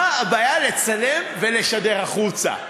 מה הבעיה לצלם ולשדר החוצה?